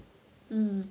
um um